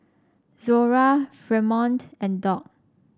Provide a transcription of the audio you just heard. Zora Fremont and Doc